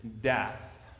death